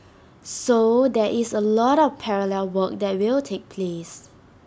so there is A lot of parallel work that will take place